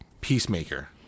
Peacemaker